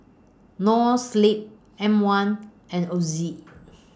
Noa Sleep M one and Ozi